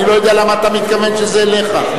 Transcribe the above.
אני לא יודע למה אתה מתכוון שזה אליך.